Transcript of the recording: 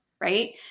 right